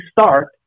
start